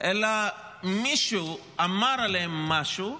אלא מישהו אמר עליהם משהו,